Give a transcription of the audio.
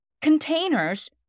containers